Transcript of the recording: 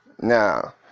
Now